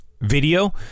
video